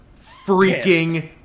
freaking